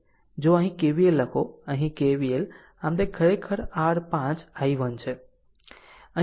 જો અહીં KVL લખો અહીં KVL આમ તે ખરેખર r 5 i1 છે